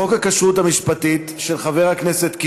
לכן אמר לי קצין מילואים ראשי לשעבר כבר לפני חמש שנים: